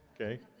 Okay